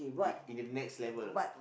in in the next level